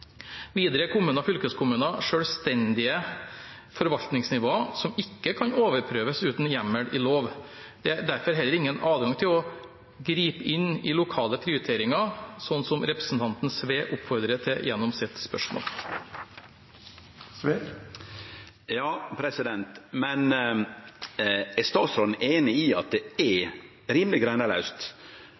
Videre er kommuner og fylkeskommuner selvstendige forvaltningsnivåer som ikke kan overprøves uten hjemmel i lov. Det er derfor heller ingen adgang til å gripe inn i lokale prioriteringer, slik representanten Sve oppfordrer til gjennom sitt spørsmål. Men er statsråden einig i at det er